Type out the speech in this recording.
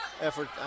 effort